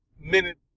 minute